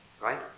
Right